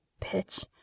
Bitch